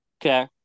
okay